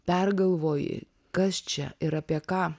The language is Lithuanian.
pergalvoji kas čia ir apie ką